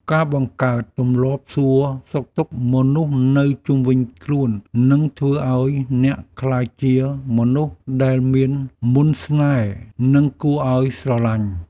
ការបង្កើតទម្លាប់សួរសុខទុក្ខមនុស្សនៅជុំវិញខ្លួននឹងធ្វើឱ្យអ្នកក្លាយជាមនុស្សដែលមានមន្តស្នេហ៍និងគួរឱ្យស្រឡាញ់។